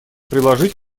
приложить